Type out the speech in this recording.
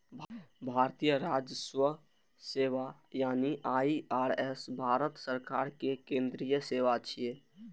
भारतीय राजस्व सेवा यानी आई.आर.एस भारत सरकार के केंद्रीय सेवा छियै